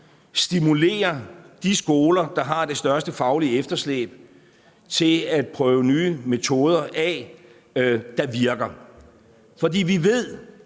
stimulerer de skoler, der har det største faglige efterslæb, til at prøve nye metoder af, der virker. For vi ved,